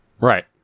Right